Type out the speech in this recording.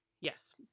yes